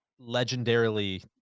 legendarily